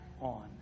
on